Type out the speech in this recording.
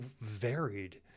varied